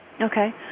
okay